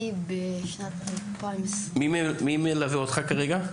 מי מלווה אותך כרגע?